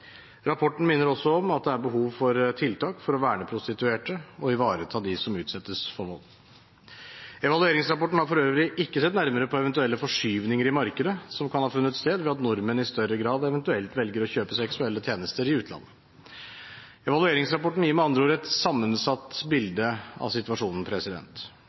Rapporten minner også om at det er behov for tiltak for å verne prostituerte og ivareta dem som utsettes for vold. Evalueringsrapporten har for øvrig ikke sett nærmere på eventuelle forskyvninger i markedet som kan ha funnet sted, ved at nordmenn i større grad eventuelt velger å kjøpe seksuelle tjenester i utlandet. Evalueringsrapporten gir med andre ord et sammensatt bilde av situasjonen.